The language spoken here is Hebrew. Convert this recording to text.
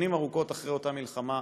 שנים ארוכות אחרי אותה מלחמה,